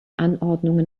anordnungen